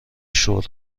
شورت